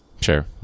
Sure